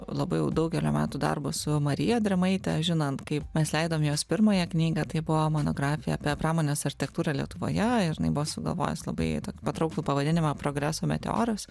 labai jau daugelio metų darbo su marija drėmaite žinant kaip mes leidom jos pirmąją knygą tai buvo monografija apie pramonės architektūrą lietuvoje ir jinai buvo sugalvojus labai tokį patrauklų pavadinimą progreso meteoras